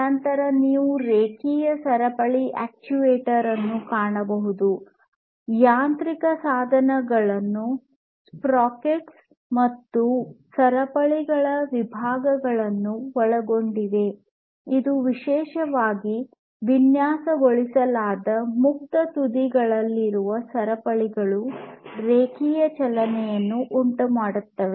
ನಂತರ ನೀವು ರೇಖೀಯ ಸರಪಳಿ ಅಕ್ಚುಯೇಟರ್ ಅನ್ನು ಕಾಣಬಹುದು ಯಾಂತ್ರಿಕ ಸಾಧನಗಳನ್ನು ಸ್ಪ್ರಾಕೆಟ್ಗಳು ಮತ್ತು ಸರಪಳಿಗಳ ವಿಭಾಗಗಳನ್ನು ಒಳಗೊಂಡಿದೆ ಇದು ವಿಶೇಷವಾಗಿ ವಿನ್ಯಾಸಗೊಳಿಸಲಾದ ಮುಕ್ತ ತುದಿಗಳಿರುವ ಸರಪಳಿಗಳು ರೇಖೀಯ ಚಲನೆಯನ್ನು ಉಂಟುಮಾಡುತ್ತದೆ